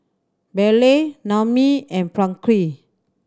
Bailey Naomi and Francisqui